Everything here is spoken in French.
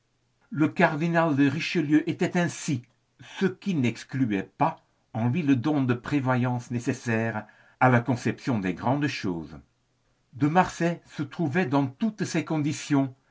le cardinal de richelieu était ainsi ce qui n'excluait pas en lui le don de prévoyance nécessaire à la conception des grandes choses de marsay se trouvait dans toutes ces conditions